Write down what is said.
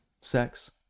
sex